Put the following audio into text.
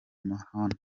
mahama